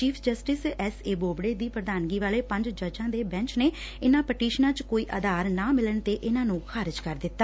chief justice S A Bobde ਦੀ ਪ੍ਧਾਨਗੀ ਵਾਲੇ ਪੰਜ ਜੱਜਾਂ ਦੇ ਬੈਂਚ ਨੇ ਇਨ੍ਹਾਂ ਪਟੀਸ਼ਨਾਂ ਚ ਕੋਈ ਆਧਾਰ ਨਾ ਮਿਲਣ ਤੇ ਇਨ੍ਹਾਂ ਨੂੰ ਖਾਰਜ ਕਰ ਦਿੱਤਾ